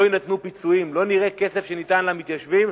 לא יינתנו פיצויים, לא נראה כסף שניתן למתיישבים,